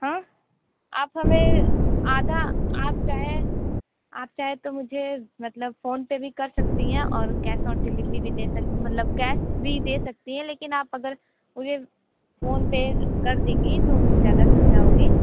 हाँ आप हमें आधा आप चाहें आप चाहें तो मुझे मतलब फ़ोनपे कर सकती हैं और कैश ऑन डिलीवरी भी दे सकती मतलब कैश भी दे सकती हैं लेकिन आप अगर मुझे फ़ोनपे कर देंगी तो मुझे ज़्यादा सुविधा होगी